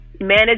manage